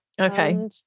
Okay